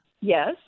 Yes